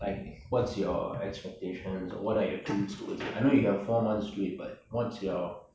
like what's your expectations what are your feelings towards it I know you have four months to it but what's your